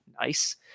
Nice